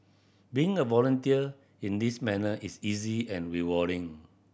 being a volunteer in this manner is easy and rewarding